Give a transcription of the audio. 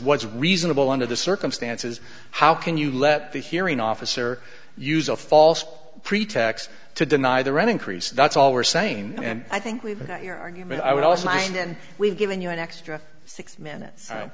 what's reasonable under the circumstances how can you let the hearing officer use a false pretext to deny their own increase that's all we're sane and i think we've got your argument i would also mine and we've given you an extra six minutes i'm all right